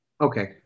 Okay